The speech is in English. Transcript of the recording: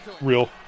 Real